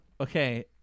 Okay